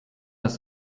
das